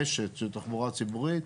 רשת של תחבורה ציבורית.